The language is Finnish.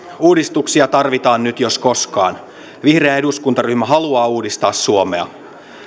uudistuksia tarvitaan nyt jos koskaan vihreä eduskuntaryhmä haluaa uudistaa suomea